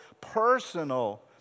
personal